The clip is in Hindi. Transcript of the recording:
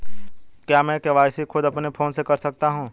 क्या मैं के.वाई.सी खुद अपने फोन से कर सकता हूँ?